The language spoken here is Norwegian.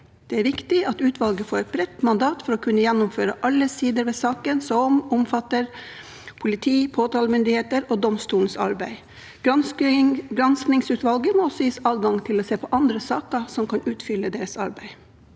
Det er viktig at utvalget får et bredt mandat for å kunne gjennomgå alle sider ved saken som omfatter politiets, påtalemyndighetens og domstolens arbeid. Granskingsutvalget må også gis adgang til å se på andre saker som kan utfylle deres arbeid.